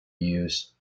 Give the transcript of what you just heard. use